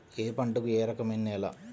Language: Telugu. ఏ పంటకు ఏ రకమైన నేల?